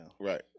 Right